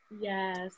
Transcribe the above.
Yes